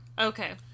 Okay